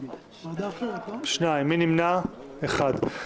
שניים, נמנעים אחד.